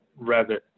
Revit